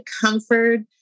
comfort